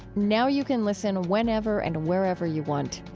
now you can listen whenever and wherever you want.